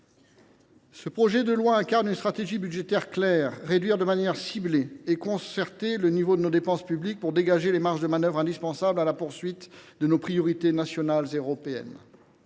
de fin de gestion incarne une stratégie budgétaire claire : réduire de manière ciblée et concertée le niveau de nos dépenses publiques pour dégager les marges de manœuvre indispensables à la poursuite de nos priorités nationales et européennes.